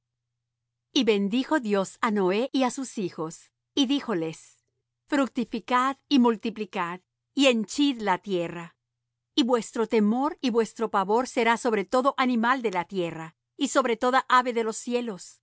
y bendijo dios á noé y á sus hijos y díjoles fructificad y multiplicad y henchid la tierra y vuestro temor y vuestro pavor será sobre todo animal de la tierra y sobre toda ave de los cielos